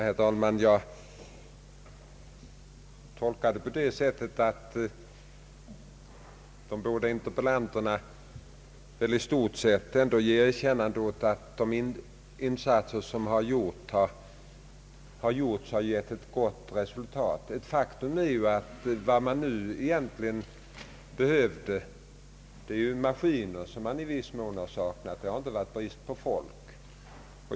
Herr talman! Jag tolkar de föregående anförandena på det sättet att de båda interpellanterna i stort sett ändå erkänner, att de insatser som gjorts har gett ett gott resultat. Ett faktum är att vad man nu egentligen behöver är maskiner, som man i viss mån saknat. Det har inte rått någon brist på folk.